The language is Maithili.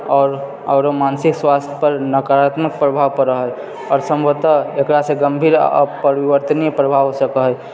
आओर आरो मानसिक स्वास्थ्य पर नकारात्मक प्रभाव पड़ैत हइ आओर सम्भवतः एकरासंँ गम्भीर अपरिवर्तनीय प्रभाव से